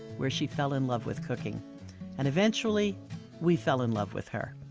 where she fell in love with cooking and eventually we fell in love with her.